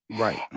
Right